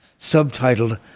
subtitled